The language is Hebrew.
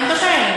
תן לדבר.